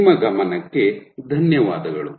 ನಿಮ್ಮ ಗಮನಕ್ಕೆ ಧನ್ಯವಾದಗಳು